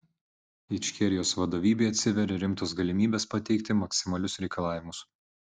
ičkerijos vadovybei atsiveria rimtos galimybės pateikti maksimalius reikalavimus